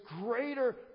greater